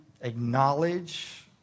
acknowledge